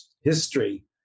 history